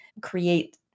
create